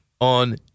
on